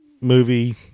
movie